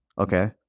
okay